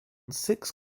six